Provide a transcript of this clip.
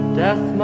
death